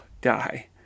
die